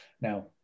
Now